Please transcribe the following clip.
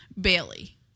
Bailey